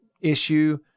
issue